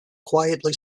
quietly